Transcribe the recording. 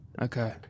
Okay